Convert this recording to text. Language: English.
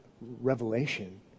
revelation